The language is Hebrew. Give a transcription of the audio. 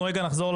אנחנו רגע נחזור,